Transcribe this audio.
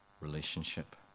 relationship